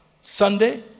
Sunday